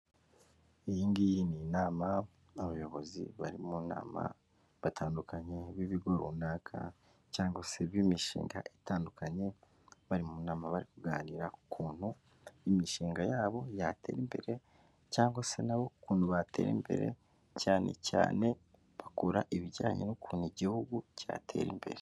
Iyi ngiyi ni inama ni abayobozi bari mu nama batandukanye b'ibigo runaka cyangwa se b'imishinga itandukanye bari mu nama bari kuganira ku kuntu imishinga yabo yatera imbere cyangwa se nabo ukuntu batera imbere cyane cyane bakora ibijyanye n'ukuntu igihugu cyatera imbere.